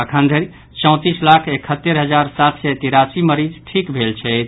अखन धरि चौंतीस लाख एकहत्तरि हजार सात सय तिरासी मरीज ठीक भेल छथि